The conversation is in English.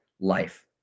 life